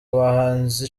bahanzi